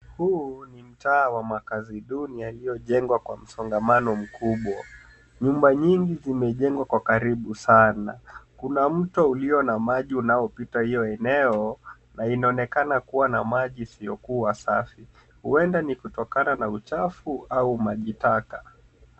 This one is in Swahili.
Huu ni mtaa wa makaazi duni yaliyojengwa kwa msongamano mkubwa. Nyumba nyingi zimejengwa kwa karibu sana. Kuna mto ulio na maji unaopita hiyo eneo, na inaonekana kuwa na maji isiyokuwa safi, huenda ni kutokana na uchafu au maji taka.